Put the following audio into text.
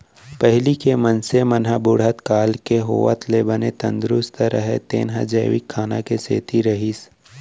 पहिली के मनसे मन ह बुढ़त काल के होवत ले बने तंदरूस्त रहें तेन ह जैविक खाना के सेती रहिस